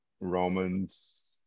Romans